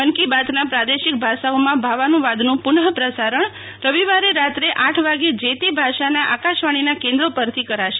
મન કી બાતના પ્રાદેશિક ભાષાઓમાં ભાવાનુવાદનું પુનઃપ્રસારણ રવિવારે રાત્રે આઠ વાગે જે તે ભાષાના આકાશવાણીના કેન્દ્રો પરથી કરાશે